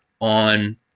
on